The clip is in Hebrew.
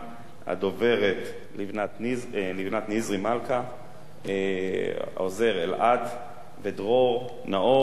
הדוברת לבנת נזרי-מלכה, העוזר אלעד ודרור נאור.